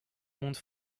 monde